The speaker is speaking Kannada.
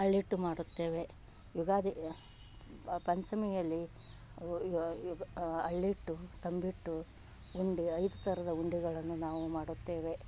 ಅಳ್ಳಿಟ್ಟು ಮಾಡುತ್ತೇವೆ ಯುಗಾದಿಯ ಪಂಚಮಿಯಲ್ಲಿ ಯ ಅಳ್ಳಿಟ್ಟು ತಂಬಿಟ್ಟು ಉಂಡೆ ಐದು ಥರದ ಉಂಡೆಗಳನ್ನು ನಾವು ಮಾಡುತ್ತೇವೆ